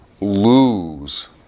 lose